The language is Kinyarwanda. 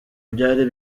byari